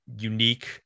unique